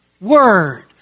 Word